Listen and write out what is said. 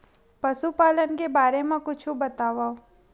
पशुपालन के बारे मा कुछु बतावव?